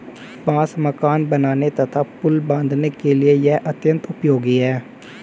बांस मकान बनाने तथा पुल बाँधने के लिए यह अत्यंत उपयोगी है